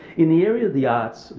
in the area of the arts,